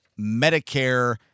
Medicare